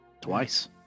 Twice